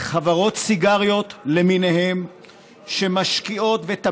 חברות סיגריות למיניהן וטבק,